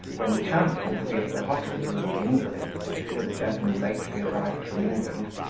when, chancing to be at the hospital of the invalids with a gentleman lately arrived from england,